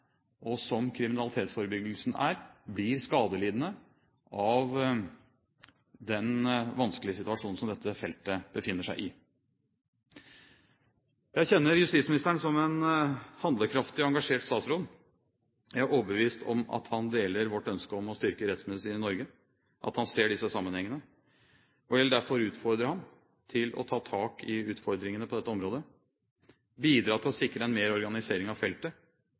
og som kriminalitetsforebyggelsen er, blir skadelidende av den vanskelige situasjonen som dette feltet befinner seg i. Jeg kjenner justisministeren som en handlekraftig og engasjert statsråd. Jeg er overbevist om at han deler vårt ønske om å styrke rettsmedisinen i Norge, og at han ser disse sammenhengene. Jeg vil derfor utfordre ham til å ta tak i utfordringene på dette området og bidra til å sikre en mer effektiv organisering av feltet,